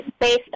based